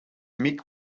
mick